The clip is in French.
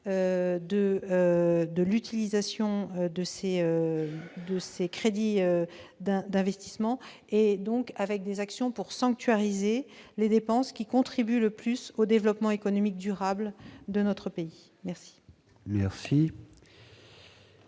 de l'utilisation de ces crédits d'investissement. Il est ainsi prévu des actions pour sanctuariser les dépenses qui contribuent le plus au développement économique durable de notre pays. La parole